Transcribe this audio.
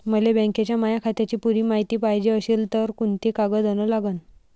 मले बँकेच्या माया खात्याची पुरी मायती पायजे अशील तर कुंते कागद अन लागन?